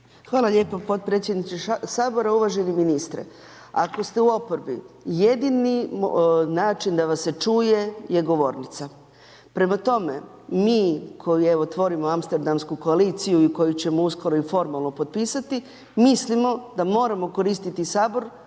Hvala lijepo podpredsjedniče sabora, uvaženi ministre. Ako ste u oporbi jedini način da vas čuje je govornica. Prema tome, mi koji evo tvorimo amsterdamsku koaliciju i koju ćemo uskoro i formalno potpisati mislimo da moramo koristiti sabor